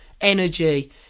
energy